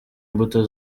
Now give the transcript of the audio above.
mbuto